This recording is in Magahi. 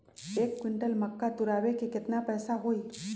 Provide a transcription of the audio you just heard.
एक क्विंटल मक्का तुरावे के केतना पैसा होई?